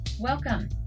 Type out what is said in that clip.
Welcome